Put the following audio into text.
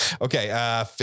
okay